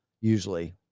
usually